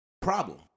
problem